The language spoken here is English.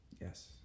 Yes